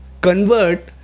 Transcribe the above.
convert